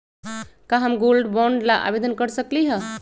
का हम gold bond ला आवेदन कर सकली ह?